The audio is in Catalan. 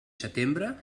setembre